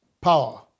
power